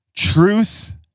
Truth